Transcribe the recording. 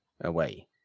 away